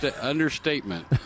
understatement